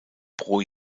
pro